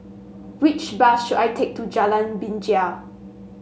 which bus should I take to Jalan Binjai